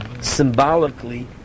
symbolically